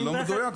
זה לא מדויק.